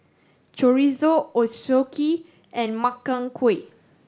Chorizo Ochazuke and Makchang Gui